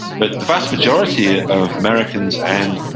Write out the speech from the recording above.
but the vast majority of americans and,